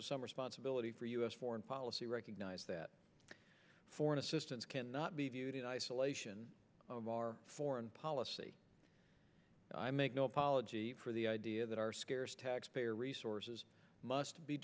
with some responsibility for us foreign policy recognize that foreign assistance cannot be viewed in isolation of our foreign policy i make no apology for the idea that our scarce taxpayer resources must be